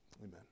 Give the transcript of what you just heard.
amen